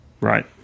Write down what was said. right